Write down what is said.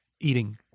eating